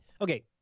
Okay